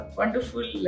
wonderful